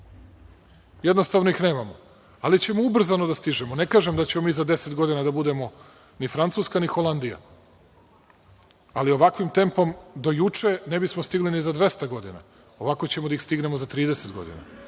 Jednostavno ih nemamo. Ali ćemo ubrzano da stižemo. Ne kažem da ćemo mi za 10 godina da budemo ni Francuska, ni Holandija, ali, ovakvim tempom, do juče, ne bismo stigli ni za 200 godina. Ovako ćemo da ih stignemo za 30 godina.